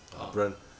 ah